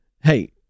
Hey